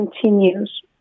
continues